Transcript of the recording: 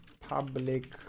public